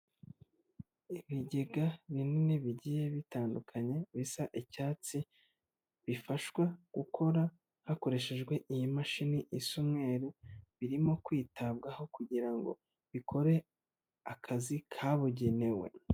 Ibigega binini bigiye bitandukanye, bisa icyatsi, bifashwa gukora hakoreshejwe iyi mashini isa umweru, birimo kwitabwaho kugira ngo bikore akazi kabugenewe.